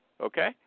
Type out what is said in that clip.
Okay